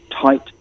tight